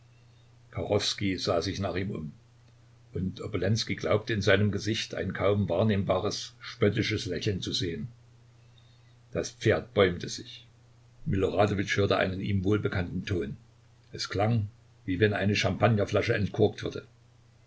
sah sich nach ihm um und obolenskij glaubte in seinem gesicht ein kaum wahrnehmbares spöttisches lächeln zu sehen das pferd bäumte sich miloradowitsch hörte einen ihm wohlbekannten ton es klang wie wenn eine champagnerflasche entkorkt würde